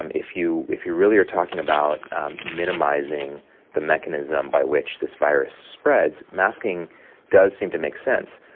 um if you if you really are talking about minimizing the mechanism by which this virus spreads, masking does seem to make sense.